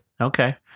Okay